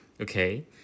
Okay